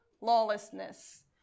lawlessness